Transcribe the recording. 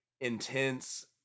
intense